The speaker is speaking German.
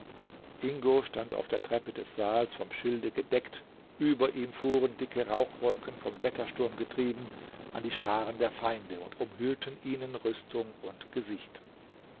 ingo stand auf der treppe des saals vom schilde gedeckt über ihm fuhren dicke rauchwolken vom wettersturm getrieben an die scharen der feinde und umhüllten ihnen rüstung und gesicht